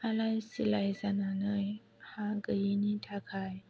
आलाय सिलाय जानानै हा गैयिनि थाखाय